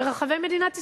ברחבי מדינת ישראל.